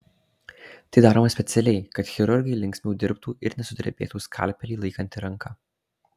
tai daroma specialiai kad chirurgai linksmiau dirbtų ir nesudrebėtų skalpelį laikanti ranka